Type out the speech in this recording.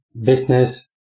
business